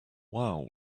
wow